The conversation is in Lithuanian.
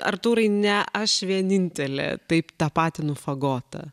artūrai ne aš vienintelė taip tapatinu fagotą